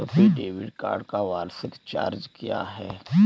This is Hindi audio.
रुपे डेबिट कार्ड का वार्षिक चार्ज क्या है?